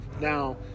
now